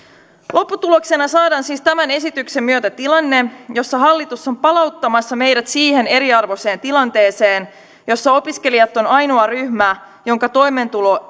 lopputuloksena saadaan siis tämän esityksen myötä tilanne jossa hallitus on palauttamassa meidät siihen eriarvoiseen tilanteeseen jossa opiskelijat ovat ainoa ryhmä jonka toimeentulo